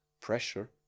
pressure